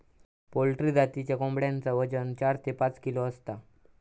poultry जातीच्या कोंबड्यांचा वजन चार ते पाच किलो असता